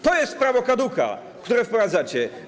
To jest prawo kaduka, które wprowadzacie.